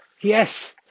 Yes